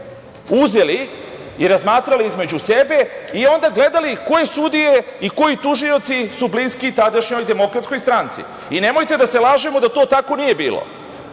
uzeli i razmatrali između sebe i onda gledali koje sudije i koji tužioci su bliski tadašnjoj DS. Nemojte da se lažemo da to tako nije bilo,